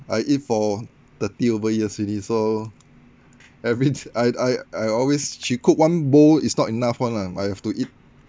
I eat for thirty over years already so average I I I always she cook one bowl is not enough one lah I have to eat